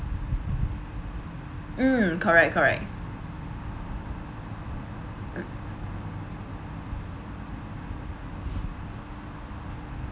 mm correct correct mm